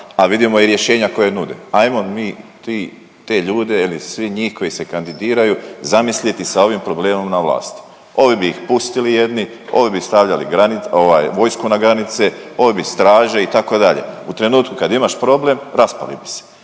a vidimo i rješenja koja nude. Ajmo mi ti te ljude ili svi njih koji se kandidiraju zamisliti sa ovim problemom na vlasti. Ovi bi ih pustili jedni, ovi bi stavljali gran… ovaj vojsku na granice, ovi bi straže itd. u trenutku kad imaš problem raspali bi se,